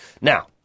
Now